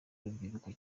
urubyiruko